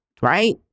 right